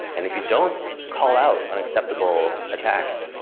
and if you don't call out unacceptable attacks,